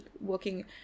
working